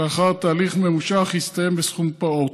שלאחר תהליך ממושך יסתיים בסכום פעוט.